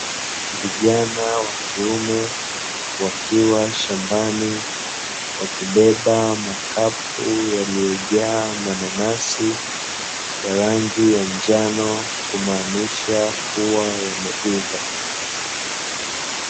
Vijana wa kiume wakiwa shambani, wakibeba makapu yaliyojaa mananasi, ya rangi ya njano kumaanisha kuwa yameiva.